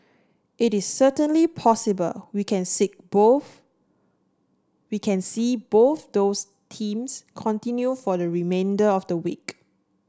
it is certainly possible we can sit both we can see both those themes continue for the remainder of the week